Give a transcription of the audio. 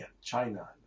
china